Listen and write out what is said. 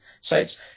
sites